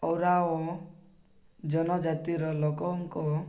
ଓ ରାଓ ଓ ଜନଜାତିର ଲୋକଙ୍କ